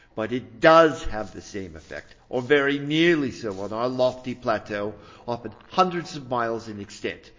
but it does have the same effect, or very nearly so, on our lofty plateaux often hundreds of miles in extent,